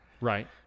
Right